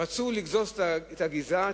רצו לגזוז את הגיזה,